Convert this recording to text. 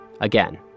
Again